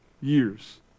years